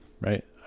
right